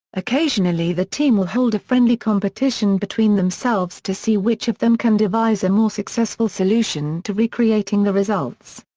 occasionally the team will hold a friendly competition between themselves to see which of them can devise a more successful solution to recreating the results.